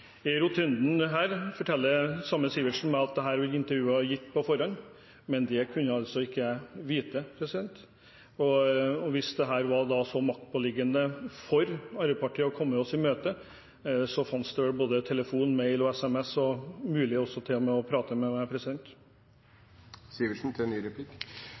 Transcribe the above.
I rotunden her forteller den samme Sivertsen meg at dette intervjuet var gitt på forhånd, men det kunne altså ikke jeg vite. Og hvis det var så maktpåliggende for Arbeiderpartiet å komme oss i møte, så fantes det vel både telefon, mail og SMS, og det er til og med også mulig å prate med meg.